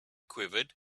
quivered